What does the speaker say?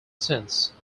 sense